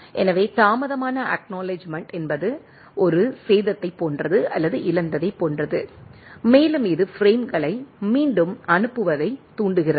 எனவே தாமதமான அக்நாலெட்ஜ்மெண்ட் என்பது ஒரு சேதத்தைப் போன்றது அல்லது இழந்ததைப் போன்றது மேலும் இது பிரேம்களை மீண்டும் அனுப்புவதைத் தூண்டுகிறது